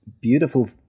beautiful